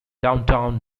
downtown